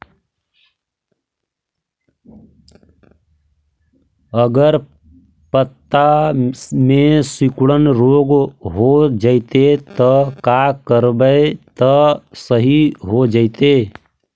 अगर पत्ता में सिकुड़न रोग हो जैतै त का करबै त सहि हो जैतै?